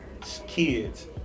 kids